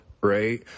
right